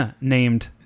named